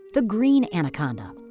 the green anaconda.